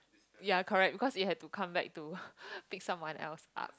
ya correct because it had to come back to pick someone else up